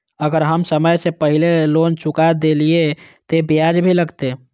अगर हम समय से पहले लोन चुका देलीय ते ब्याज भी लगते?